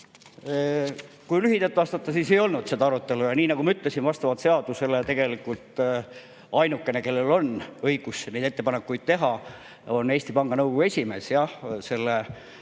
Kui lühidalt vastata, siis ei olnud seda arutelu. Nagu ma ütlesin, vastavalt seadusele tegelikult ainukene, kellel on õigus neid ettepanekuid teha, on Eesti Panga Nõukogu esimees.